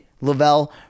Lavelle